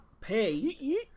Pay